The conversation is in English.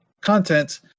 content